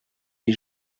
les